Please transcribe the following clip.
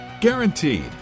Guaranteed